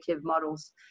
models